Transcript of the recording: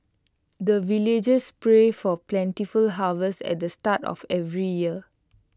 the villagers pray for plentiful harvest at the start of every year